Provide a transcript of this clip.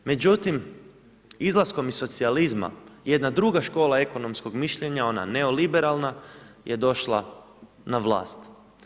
Međutim, izlaskom iz socijalizma, jedna druga škola ekonomskog mišljenja ona neoliberalna je došla na vlast.